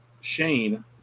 Shane